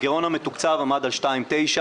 הגרעון המתוקצב עמד על 2.9%,